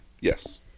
Yes